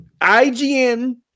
IGN